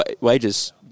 wages